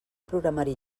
programari